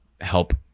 help